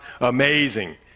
amazing